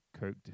coked